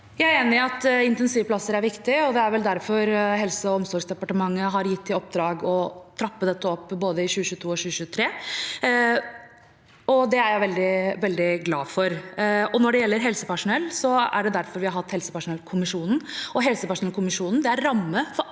Jeg er enig i at intensivplasser er viktig, og det er vel derfor Helse- og omsorgsdepartementet har gitt i oppdrag å trappe dette opp både i 2022 og i 2023. Det er jeg veldig glad for. Når det gjelder helsepersonell, er det derfor vi har hatt helsepersonellkommisjonen, og helsepersonellkommisjonen er ramme for